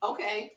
Okay